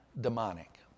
demonic